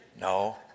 No